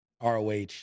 ROH